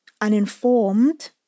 uninformed